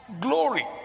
glory